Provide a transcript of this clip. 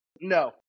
No